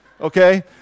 okay